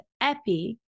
epi